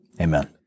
Amen